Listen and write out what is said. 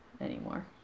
anymore